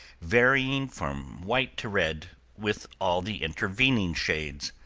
varying from white to red, with all the intervening shades.